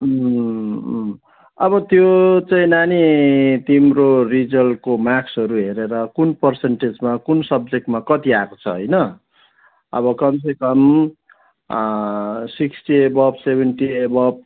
अँ अँ अब त्यो चाहिँ नानी तिम्रो रिजल्टको मार्क्सहरू हेरेर कुन पर्सन्टेजमा कुन सब्जेक्टमा कति आएको छ होइन अब कमसेकम सिक्सटी एभब सेभेन्टी एभब